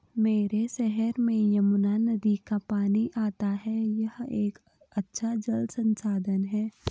मेरे शहर में यमुना नदी का पानी आता है यह एक अच्छा जल संसाधन है